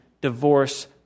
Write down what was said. divorce